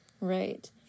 Right